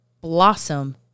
Blossom